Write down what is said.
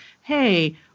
hey